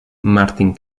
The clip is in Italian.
martin